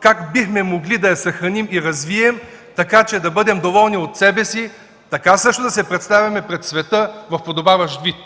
как бихме могли да я съхраним и развием, така че да бъдем доволни от себе си, да се представяме пред света в подобаващ вид.